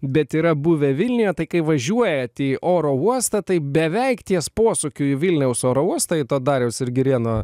bet yra buvę vilniuje tai kai važiuojat į oro uostą tai beveik ties posūkiu į vilniaus oro uostą į tą dariaus ir girėno